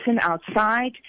outside